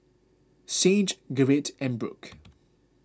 Sage Gerrit and Brooke